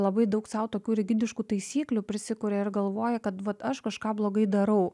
labai daug sau tokių rigidiškų taisyklių prisikuria ir galvoja kad vat aš kažką blogai darau